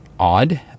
Odd